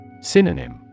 Synonym